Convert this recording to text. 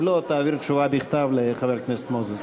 אם לא, תעביר תשובה בכתב לחבר הכנסת מוזס.